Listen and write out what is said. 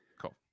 Cool